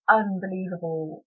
unbelievable